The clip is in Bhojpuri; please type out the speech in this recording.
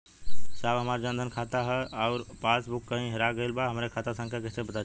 साहब हमार जन धन मे खाता ह अउर पास बुक कहीं हेरा गईल बा हमार खाता संख्या कईसे पता चली?